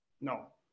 no